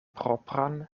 propran